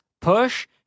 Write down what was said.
push